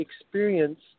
experience